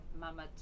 Mama